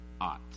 ought